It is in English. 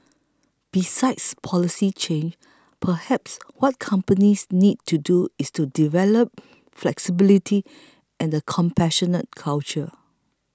besides policy change perhaps what companies need to do is to develop flexibility and a compassionate culture